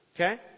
okay